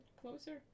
closer